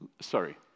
sorry